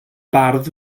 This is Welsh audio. bardd